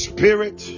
Spirit